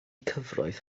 cyfraith